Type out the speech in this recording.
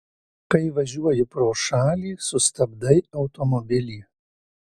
kai važiuoji pro šalį sustabdai automobilį